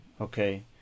okay